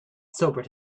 sobered